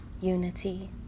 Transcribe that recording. unity